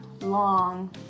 long